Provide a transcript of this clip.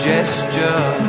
Gesture